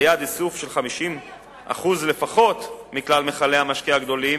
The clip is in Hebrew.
ליעד איסוף של 50% לפחות מכלל מכלי המשקה הגדולים,